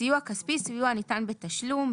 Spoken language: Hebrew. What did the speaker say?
"סיוע כספי" סיוע הניתן בתשלום,